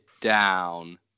down